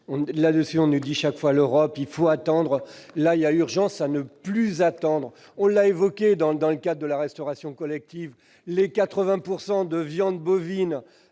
amendement. On nous dit à chaque fois « l'Europe » et « il faut attendre ». Là, il y a urgence à ne plus attendre ! On l'a évoqué dans le cadre de la restauration collective : les 80 % de viande bovine